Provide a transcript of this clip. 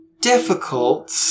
Difficult